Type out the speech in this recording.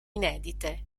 inedite